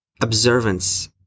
observance